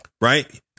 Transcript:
Right